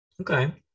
Okay